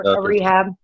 rehab